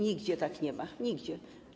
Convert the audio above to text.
Nigdzie tak nie ma, nigdzie.